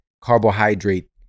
carbohydrate